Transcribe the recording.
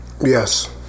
Yes